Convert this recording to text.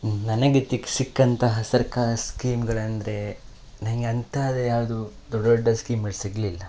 ನನಗೆ ತಿಕ್ ಸಿಕ್ಕಂತಹ ಸರ್ಕಾರ ಸ್ಕೀಮ್ಗಳೆಂದರೆ ನನಗೆ ಅಂಥಾದ್ದು ಯಾವುದು ದೊಡ್ಡ ದೊಡ್ಡ ಸ್ಕೀಮ್ಗಳು ಸಿಗಲಿಲ್ಲ